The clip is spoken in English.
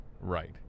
right